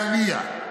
ראה הנייה.